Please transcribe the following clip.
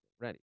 ready